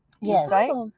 Yes